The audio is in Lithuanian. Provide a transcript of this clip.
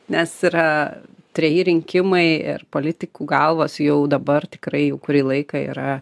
nes yra treji rinkimai ir politikų galvos jau dabar tikrai jau kurį laiką yra